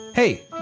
Hey